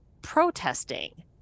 protesting